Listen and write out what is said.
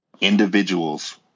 individuals